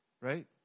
Right